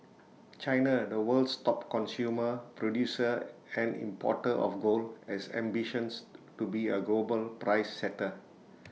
China the world's top consumer producer and importer of gold has ambitions to be A global price setter